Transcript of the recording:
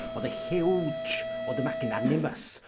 or the huge, or the magnanimous,